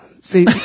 See